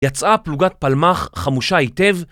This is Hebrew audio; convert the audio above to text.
יצאה פלוגת פלמ"ח חמושה היטב